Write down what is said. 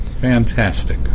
Fantastic